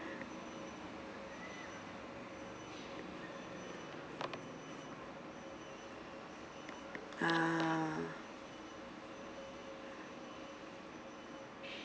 ah